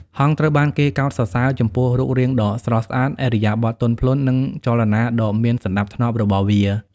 ហង្សត្រូវបានគេកោតសរសើរចំពោះរូបរាងដ៏ស្រស់ស្អាត ឥរិយាបថទន់ភ្លន់ និងចលនាដ៏មានសណ្តាប់ធ្នាប់របស់វា។